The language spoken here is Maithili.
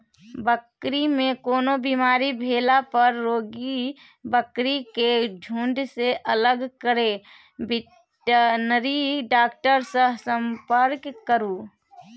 बकरी मे कोनो बेमारी भेला पर रोगी बकरी केँ झुँड सँ अलग कए बेटनरी डाक्टर सँ संपर्क करु